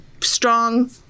strong